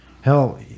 Hell